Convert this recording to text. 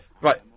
Right